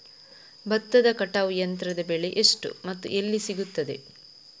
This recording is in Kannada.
ಭತ್ತದ ಕಟಾವು ಯಂತ್ರದ ಬೆಲೆ ಎಷ್ಟು ಮತ್ತು ಎಲ್ಲಿ ಸಿಗುತ್ತದೆ?